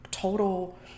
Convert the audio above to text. total